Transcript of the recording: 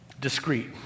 discreet